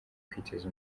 kwiteza